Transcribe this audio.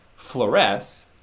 fluoresce